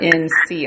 Inc